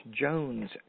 Jones